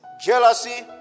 jealousy